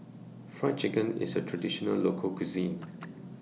Fried Chicken IS A Traditional Local Cuisine